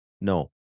No